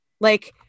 Like-